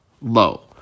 low